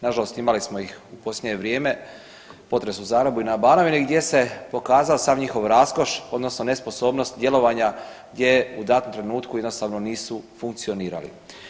Nažalost, imali smo ih u posljednje vrijeme, potres u Zagrebu i na Banovini gdje se pokazao sav njihov raskoš odnosno nesposobnost djelovanja gdje u datom trenutku jednostavno nisu funkcionirali.